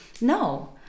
No